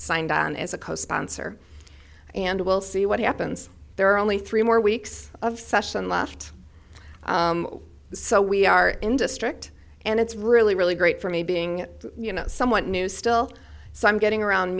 signed on as a co sponsor and we'll see what happens there are only three more weeks of session left so we are in district and it's really really great for me being you know somewhat new still so i'm getting around